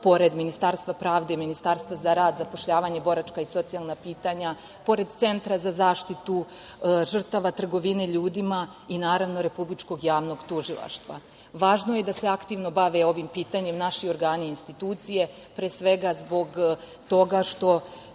pored Ministarstva pravde i Ministarstva za rad i zapošljavanje, boračka i socijalna pitanja, pored Centra za zaštitu žrtava trgovine ljudima i naravno, Republičkog javnog tužilaštva. Važno je da se aktivno bave ovim pitanjem naši organi i institucije zbog toga što